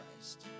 Christ